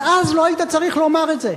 אז, אז לא היית צריך לומר את זה.